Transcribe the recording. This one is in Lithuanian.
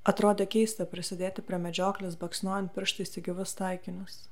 atrodė keista prisidėti prie medžioklės baksnojant pirštais į gyvus taikinius